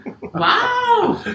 Wow